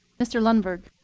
mr. lundberg.